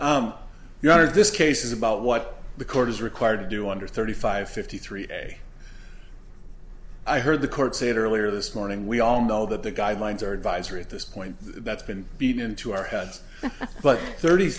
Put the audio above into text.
honor your honor this case is about what the court is required to do under thirty five fifty three day i heard the court say it earlier this morning we all know that the guidelines are advisory at this point that's been beaten into our heads but thirty